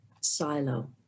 silo